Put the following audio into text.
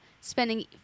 spending